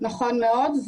נכון מאוד.